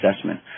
assessment